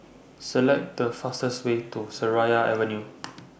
Select The fastest Way to Seraya Avenue